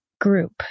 group